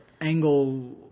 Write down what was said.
angle